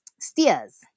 Steers